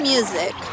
Music